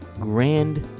grand